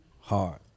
Hard